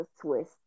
Swiss